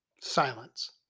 silence